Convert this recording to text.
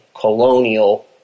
colonial